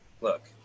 Look